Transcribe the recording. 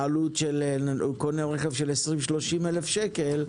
בעלות של 20,000-30,000 שקל,